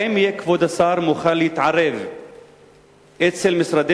האם יהיה כבוד השר מוכן להתערב אצל משרדי